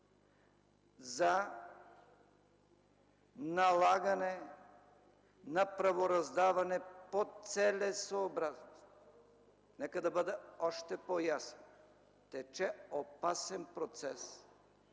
за налагане на правораздаване по целесъобразност. Нека да бъда още по-ясен: тече опасен процес